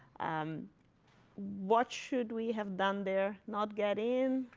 um what should we have done there not get in,